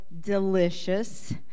delicious